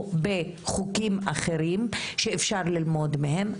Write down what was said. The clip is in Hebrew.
או בחוקים אחרים שאפשר ללמוד מהם,